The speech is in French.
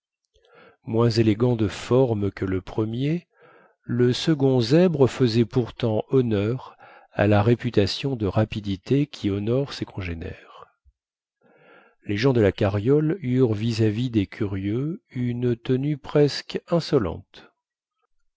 moins élégant de formes que le premier le second zèbre faisait pourtant honneur à la réputation de rapidité qui honore ses congénères les gens de la carriole eurent vis-à-vis des curieux une tenue presque insolente